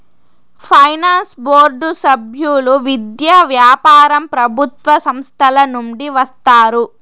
finance board సభ్యులు విద్య, వ్యాపారం ప్రభుత్వ సంస్థల నుండి వస్తారు